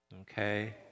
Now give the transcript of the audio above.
okay